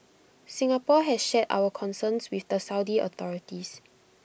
Singapore has shared our concerns with the Saudi authorities